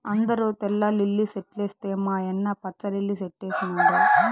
అందరూ తెల్ల లిల్లీ సెట్లేస్తే మా యన్న పచ్చ లిల్లి సెట్లేసినాడు